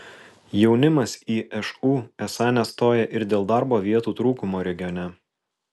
jaunimas į šu esą nestoja ir dėl darbo vietų trūkumo regione